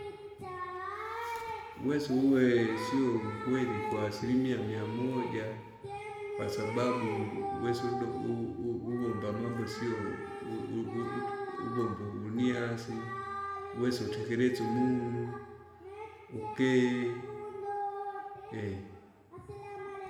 uwese uwe sio mkweri kwa asilimia miamoja, kwasababu uwesa udo u- u- uvomba amambo sio u- u- uto- uvomba uvunyasi, uwesa utekerese umunu, ukee.